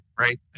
Right